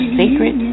sacred